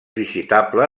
visitable